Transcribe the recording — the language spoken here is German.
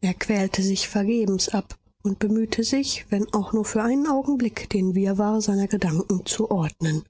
er quälte sich vergebens ab und bemühte sich wenn auch nur für einen augenblick den wirrwarr seiner gedanken zu ordnen